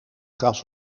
gras